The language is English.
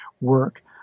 work